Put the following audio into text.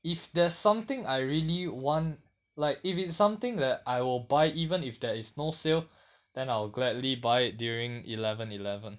if there's something I really want like if it's something that I will buy even if there is no sale then I will gladly buy it during eleven eleven